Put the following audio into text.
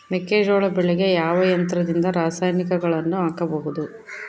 ಮೆಕ್ಕೆಜೋಳ ಬೆಳೆಗೆ ಯಾವ ಯಂತ್ರದಿಂದ ರಾಸಾಯನಿಕಗಳನ್ನು ಹಾಕಬಹುದು?